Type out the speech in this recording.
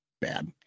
bad